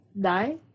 die